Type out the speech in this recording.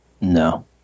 no